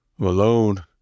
alone